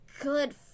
good